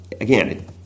again